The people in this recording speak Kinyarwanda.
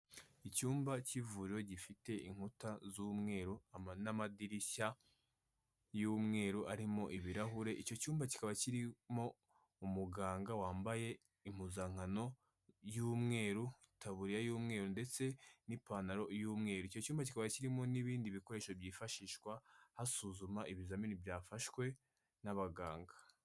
Icyumba k'ivuriro gifite inkuta z'umweru n'amadirishya y'umweru arimo ibirahure, icyo cyumba kikaba kirimo umuganga wambaye impuzankano y'umweru, itaburiya y'umweru ndetse n'ipantaro y'umweru, icyo cyumba kikaba kirimo n'ibindi bikoresho byifashishwa hasuzuma ibizamini byafashwe n'abaganga.